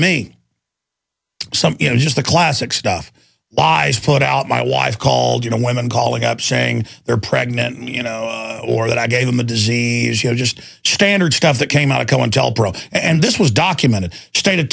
me some you know just the classic stuff lies put out my wife called you know women calling up saying they're pregnant you know or that i gave them a disease you know just standard stuff that came out of cointelpro and this was documented state of